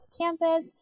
campus